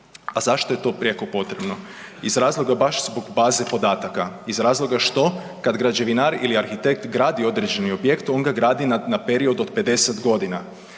A zašto je to prijeko potrebno? Iz razloga baš zbog baze podataka, iz razloga što kada građevinar ili arhitekt gradi određeni objekt on ga gradi na period od 50 godina.